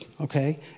okay